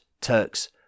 Turks